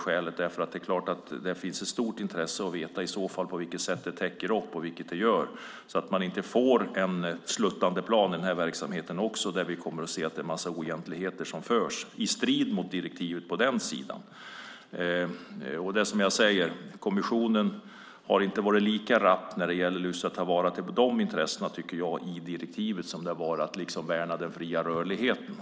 Det vore av stort intresse att få veta på vilket sätt det täcker upp så att man inte får ett sluttande plan i denna verksamhet med en massa oegentligheter i strid mot direktivet. Kommissionen har inte varit lika rapp att ta till vara löntagarnas intressen i direktivet som man har varit att värna den fria rörligheten.